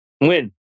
win